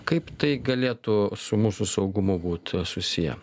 kaip tai galėtų su mūsų saugumu būt susiję